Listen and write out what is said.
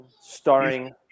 starring